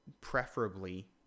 Preferably